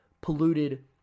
polluted